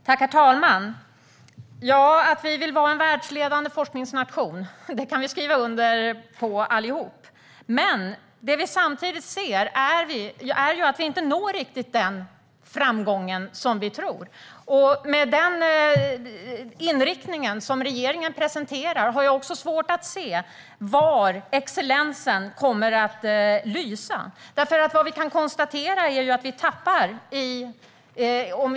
Herr talman! Ja, att vi vill vara en världsledande forskningsnation kan vi allihop skriva under på. Men samtidigt ser vi att vi inte når riktigt den framgång som vi tror att vi ska nå. Med den inriktning som regeringen presenterar har jag också svårt att se var excellensen kommer att lysa. Vi kan konstatera att vi tappar resurser.